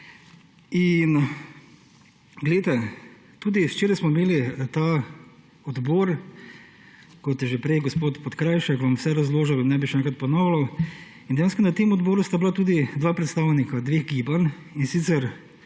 Glejte, tudi včeraj smo imeli ta odbor, kot je že prej gospod Podkrajšek vam vse razložil, vam ne bi še enkrat ponavljal, in dejansko na tem odboru sta bila tudi dva predstavnika dveh gibanj, in sicer